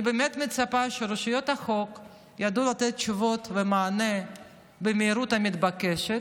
אני באמת מצפה שרשויות החוק ידעו לתת תשובות ומענה במהירות המתבקשת,